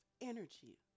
energy